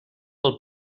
del